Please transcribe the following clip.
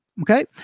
Okay